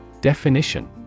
Definition